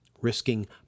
risking